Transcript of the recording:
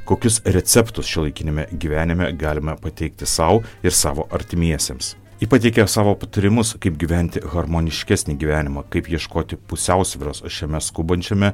kokius receptus šiuolaikiniame gyvenime galime pateikti sau ir savo artimiesiems ji pateikė savo patarimus kaip gyventi harmoniškesnį gyvenimą kaip ieškoti pusiausvyros šiame skubančiame